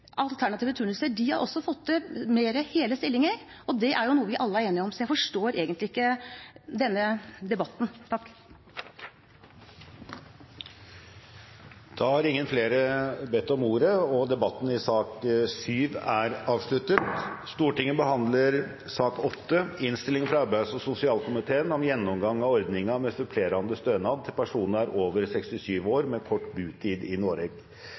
alternative turnuser, har også fått til flere hele stillinger, og det er jo noe vi alle er enige om. Så jeg forstår egentlig ikke denne debatten. Flere har ikke bedt om ordet til sak nr. 7. Etter ønske fra arbeids- og sosialkomiteen vil presidenten foreslå at taletiden blir begrenset til 5 minutter til hver partigruppe og 5 minutter til medlem av